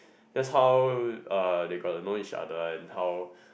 that's how uh they got to know each other and how